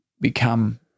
become